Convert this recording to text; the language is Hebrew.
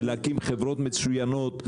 ולהקים חברות מצוינות.